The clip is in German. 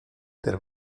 der